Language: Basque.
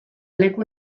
leku